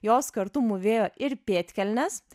jos kartu mūvėjo ir pėdkelnes